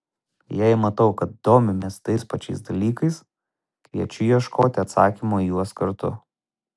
jei matau kad domimės tais pačiais dalykais kviečiu ieškoti atsakymo į juos kartu